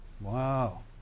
Wow